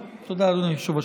תודה, אדוני היושב-ראש.